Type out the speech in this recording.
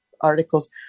articles